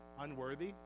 unworthy